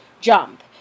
jump